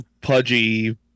pudgy